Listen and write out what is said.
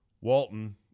Walton